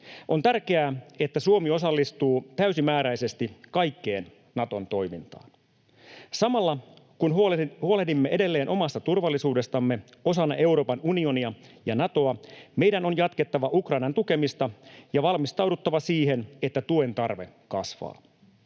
On tärkeää, että Suomi osallistuu täysimääräisesti kaikkeen Naton toimintaan. Samalla kun huolehdimme edelleen omasta turvallisuudestamme osana Euroopan unionia ja Natoa, meidän on jatkettava Ukrainan tukemista ja valmistauduttava siihen, että tuen tarve kasvaa.